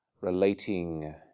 relating